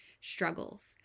struggles